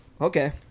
Okay